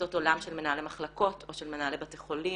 תפיסות עולם של מנהלי מחלקות או של מנהלי בתי חולים.